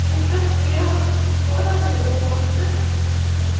تۄہہِ مۄخثر